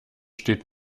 steht